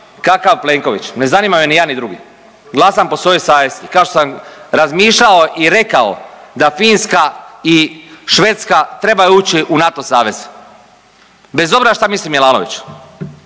kakav Plenković. Ne zanimaju ni jedan drugi. Glasam po svojoj savjesti, kao što sam razmišljao i rekao, da Finska i Švedska trebaju ući u NATO savez, bez obzira što misli Milanović,